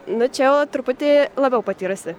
nu čia jau truputį labiau patyrusi